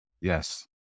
Yes